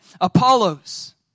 Apollos